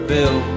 Bill